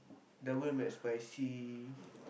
Double McSpicy